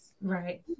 Right